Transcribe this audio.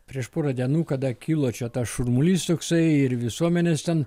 prieš porą dienų kada kilo čia tas šurmulys toksai ir visuomenės ten